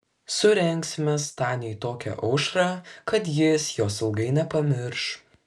surengsime staniui tokią aušrą kad jis jos ilgai nepamirš